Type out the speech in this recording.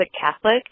Catholic